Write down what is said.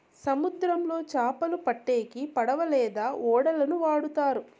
సముద్రంలో చాపలు పట్టేకి పడవ లేదా ఓడలను వాడుతారు